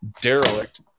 derelict